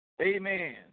Amen